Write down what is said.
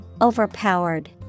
Overpowered